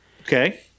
Okay